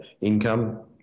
income